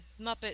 Muppet